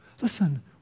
Listen